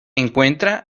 encuentra